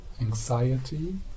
anxiety